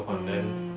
mm